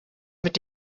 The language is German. mit